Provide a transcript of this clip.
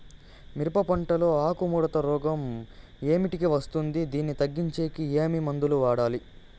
మిరప పంట లో ఆకు ముడత రోగం ఏమిటికి వస్తుంది, దీన్ని తగ్గించేకి ఏమి మందులు వాడాలి?